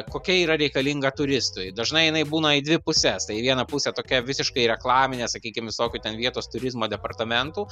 kokia yra reikalinga turistui dažnai jinai būna į dvi puses tai į vieną pusę tokia visiškai reklaminės sakykim visokių ten vietos turizmo departamentų